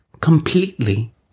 completely